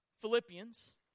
Philippians